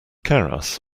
keras